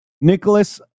Nicholas